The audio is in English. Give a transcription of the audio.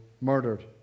murdered